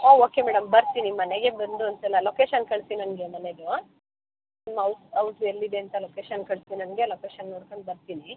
ಒ okay madam ಬರ್ತೀನಿ ಮನೆಗೆ ಬಂದು ಒಂದು ಸಲ ಲೊಕೇಶನ್ ಕಳಿಸಿ ನನಗೆ ಮನೆಯದು ನಿಮ್ಮ ಔಸ್ ಔಸು ಎಲ್ಲಿದೆ ಅಂತ ಲೊಕೇಶನ್ ಕಳಿಸಿ ನನಗೆ ಆ ಲೊಕೇಶನ್ ನೋಡ್ಕೊಂಡು ಬರ್ತೀನಿ